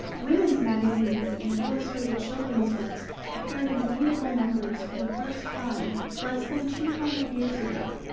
women's magazines and illustrated children's books appeared in meaningful numbers for the first time less than two hundred years ago.